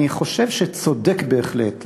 אני חושב שצודק בהחלט,